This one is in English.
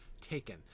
taken